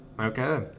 Okay